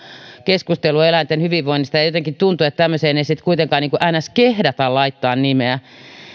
keskustelua eläinten hyvinvoinnista ja jotenkin tuntuu että tämmöiseen ei sitten kuitenkaan niin sanottu kehdata laittaa nimeä